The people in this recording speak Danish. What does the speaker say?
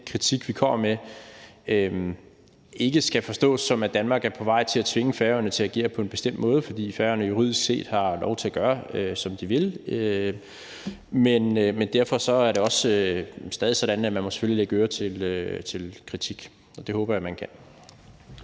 kritik, vi kommer med, ikke skal forstås, som at Danmark er på vej til at tvinge Færøerne til at agere på en bestemt måde, for Færøerne har juridisk set lov til at gøre, som de vil. Men derfor er det også stadig sådan, at man selvfølgelig må lægge øre til kritik, og det håber jeg man kan.